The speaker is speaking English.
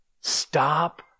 Stop